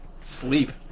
Sleep